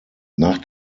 nach